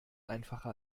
einfacher